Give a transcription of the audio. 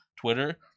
Twitter